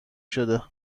شده